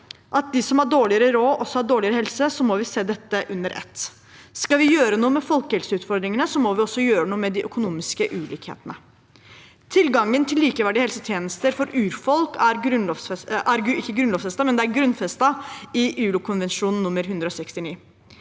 de som har dårlig råd, også har dårligere helse, må vi se dette under ett. Skal vi gjøre noe med folkehelseutfordringene, må vi også gjøre noe med de økonomiske ulikhetene. Tilgangen til likeverdige helsetjenester for urfolk er grunnfestet i ILO-konvensjon nr. 169.